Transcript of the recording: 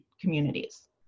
communities